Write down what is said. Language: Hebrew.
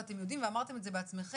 ואתם יודעים ואמרתם את זה בעצמכם,